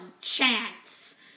chance